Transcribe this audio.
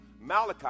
Malachi